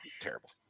Terrible